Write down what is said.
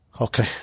Okay